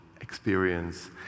experience